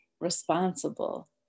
responsible